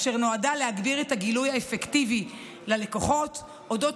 אשר נועדה להגביר את הגילוי האפקטיבי ללקוחות על אודות